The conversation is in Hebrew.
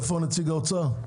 איפה נציג האוצר?